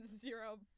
zero